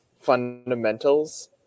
fundamentals